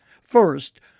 First